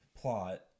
plot